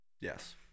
Yes